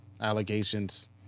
allegations